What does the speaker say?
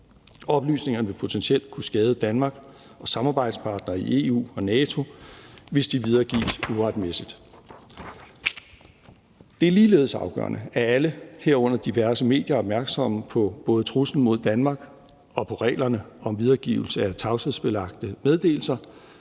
Oplysningerne vil potentielt kunne skade Danmark og samarbejdspartnere i EU og NATO, hvis de videregives uretmæssigt. Det er ligeledes afgørende, at alle, herunder diverse medier, er opmærksomme på både truslen mod Danmark og på reglerne om videregivelse af tavshedsbelagte meddelelser,